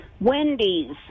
Wendy's